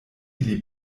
ili